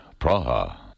Praha